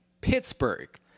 Pittsburgh